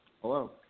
hello